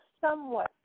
somewhat